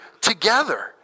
together